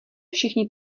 všichni